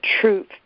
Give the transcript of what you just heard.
truth